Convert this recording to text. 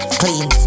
clean